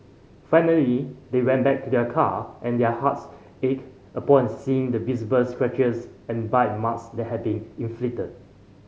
finally they went back to their car and their hearts ached upon seeing the visible scratches and bite marks that had been inflicted